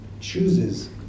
chooses